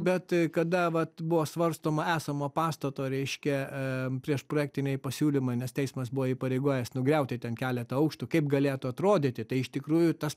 bet kada vat buvo svarstoma esamo pastato reiškia prieš projektiniai pasiūlymai nes teismas buvo įpareigojęs nugriauti ten keletą aukštų kaip galėtų atrodyti tai iš tikrųjų tas